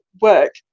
work